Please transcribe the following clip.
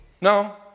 no